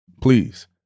please